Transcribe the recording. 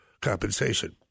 compensation